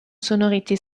sonorité